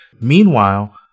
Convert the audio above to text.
Meanwhile